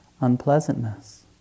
unpleasantness